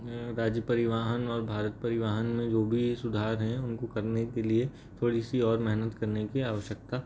राज्य परिवहन और भारत परिवहन में जो भी सुधार हैं उनको करने के लिए तोड़ी सी और मेहनत करने की आवश्यकता है